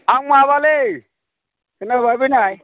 आं माबालै खोनाबाय बैनाय